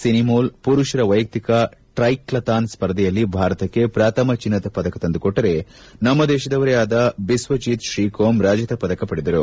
ಸಿನಿಮೋಲ್ ಪುರುಷರ ವೈಯಕ್ತಿಕ ಟ್ರೈಥ್ಲಾನ್ ಸ್ಪರ್ಧೆಯಲ್ಲಿ ಭಾರತಕ್ಕೆ ಪ್ರಥಮ ಚಿನ್ನದ ಪದಕ ತಂದುಕೊಟ್ಟರೆ ನಮ್ನ ದೇಶದವರೇ ಆದ ಬಿಸ್ವರ್ಜಿತ್ ಶ್ರೀಕೋಮ್ ರಜತ ಪದಕ ಪಡೆದರು